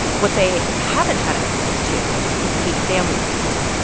what they haven't had access to is paid family leave.